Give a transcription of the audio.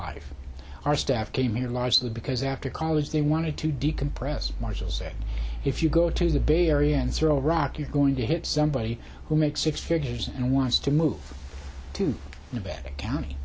life our staff came here largely because after college they wanted to decompress marshall said if you go to the bay area and throw a rock you're going to hit somebody who makes six figures and wants to move to a better county